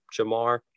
Jamar